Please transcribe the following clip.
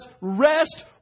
rest